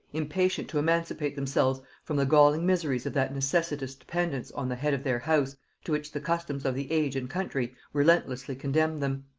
impatient to emancipate themselves from the galling miseries of that necessitous dependence on the head of their house to which the customs of the age and country relentlessly condemned them.